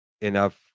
enough